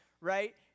right